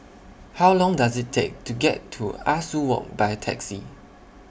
How Long Does IT Take to get to Ah Soo Walk By Taxi